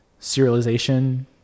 serialization